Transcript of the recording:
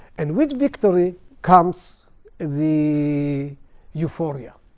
and with victory comes the euphoria.